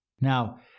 Now